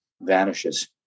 vanishes